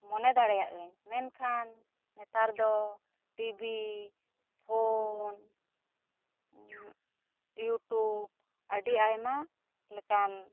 ᱢᱚᱱᱮ ᱫᱟᱲᱮᱭᱟᱜ ᱟᱹᱧ ᱢᱮᱱᱠᱷᱟᱱ ᱱᱮᱛᱟᱨ ᱫᱚ ᱴᱤᱵᱤ ᱯᱷᱳᱱ ᱤᱭᱩᱴᱩᱵ ᱟᱹᱰᱤ ᱟᱭᱢᱟ ᱞᱮᱠᱟᱱ